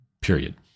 period